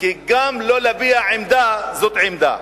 כי גם לא להביע עמדה זאת עמדה.